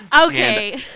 Okay